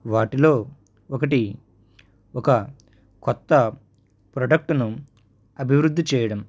వాటిలో ఒకటి ఒక కొత్త ప్రొడక్టును అభివృద్ధి చేయడం